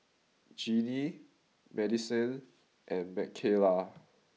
Gennie Madisen and Mckayla